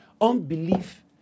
Unbelief